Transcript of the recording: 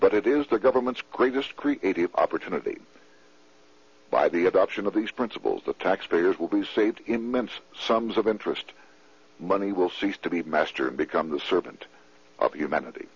but it is the government's greatest creative opportunity by the adoption of these principles the taxpayers will be saved immense sums of interest money will cease to be master and become the servant of humanity